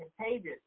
contagious